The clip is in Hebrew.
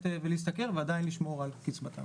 כי הוא היה חלק מהצוות הבין-משרדי,